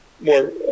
more